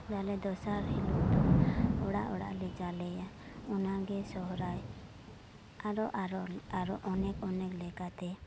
ᱡᱟᱞᱮ ᱫᱚᱥᱟᱨ ᱦᱤᱞᱳᱜ ᱫᱚ ᱚᱲᱟᱜ ᱚᱲᱟᱜ ᱞᱮ ᱡᱟᱞᱮᱭᱟ ᱚᱱᱟᱜᱮ ᱥᱚᱦᱨᱟᱭ ᱟᱨᱚ ᱟᱨᱚ ᱟᱨᱚ ᱚᱱᱮᱠ ᱚᱱᱮᱠ ᱞᱮᱠᱟᱛᱮ